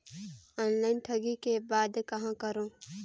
Online ठगी के बाद कहां करों?